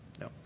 No